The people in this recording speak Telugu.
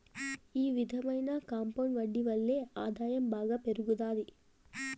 ఈ విధమైన కాంపౌండ్ వడ్డీ వల్లే ఆదాయం బాగా పెరుగుతాది